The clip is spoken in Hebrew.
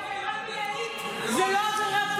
זה לא סותר.